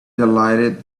delighted